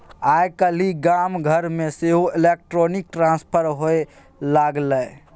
आय काल्हि गाम घरमे सेहो इलेक्ट्रॉनिक ट्रांसफर होए लागलै